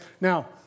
Now